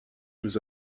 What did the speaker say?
nous